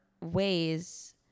ways